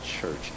church